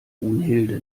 brunhilde